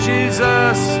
Jesus